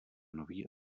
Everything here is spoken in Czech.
nový